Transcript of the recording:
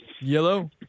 Yellow